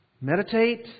Meditate